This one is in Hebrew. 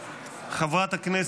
קצב,